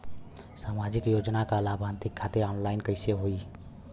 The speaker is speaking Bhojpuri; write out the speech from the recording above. सामाजिक योजना क लाभान्वित खातिर ऑनलाइन कईसे होई?